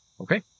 Okay